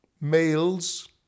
males